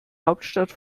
hauptstadt